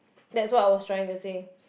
that's what I was trying to say